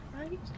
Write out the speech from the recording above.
Right